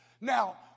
Now